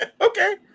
okay